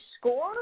score